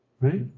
Right